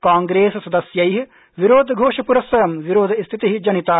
कांप्रेससदस्यै विरोधयोषप्रस्सरं विरोध स्थिति जनिता